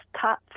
top